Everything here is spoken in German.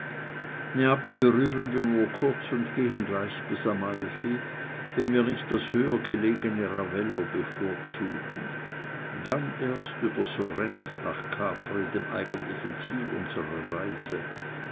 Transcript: neapel berühren wir nur kurz und gehen gleich bis amalfi wenn wir nicht das höher gelegene ravello bevorzugen dann erst über sorrent nach capri dem eigentlichen ziel unsrer reise